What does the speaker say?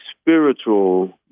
spiritual